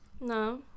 No